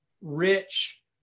rich